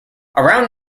around